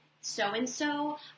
so-and-so